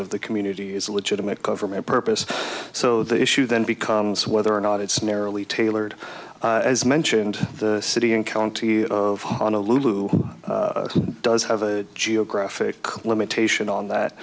of the community is a legitimate government purpose so the issue then becomes whether or not it's narrowly tailored as mentioned the city and county of on a lou does have a geographic limitation on that